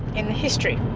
in the history,